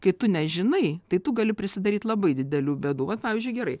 kai tu nežinai tai tu gali prisidaryt labai didelių bėdų vat pavyzdžiui gerai